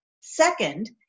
second